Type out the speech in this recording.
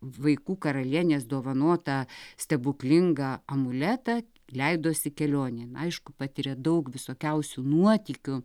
vaikų karalienės dovanotą stebuklingą amuletą leidosi kelionėn aišku patiria daug visokiausių nuotykių